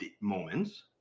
moments